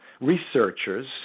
researchers